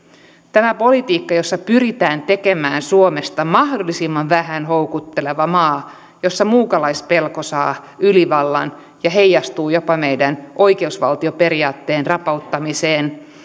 tämä politiikka jossa pyritään tekemään suomesta mahdollisimman vähän houkutteleva maa jossa muukalaispelko saa ylivallan ja heijastuu jopa meidän oikeusvaltioperiaatteemme rapauttamiseen